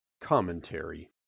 Commentary